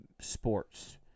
sports